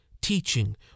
teaching